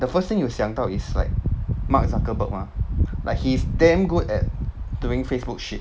the first thing you 想到 is like mark zuckerberg mah like he's damn good at doing facebook shit